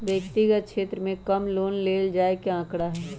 व्यक्तिगत क्षेत्र में कम लोन ले जाये के आंकडा हई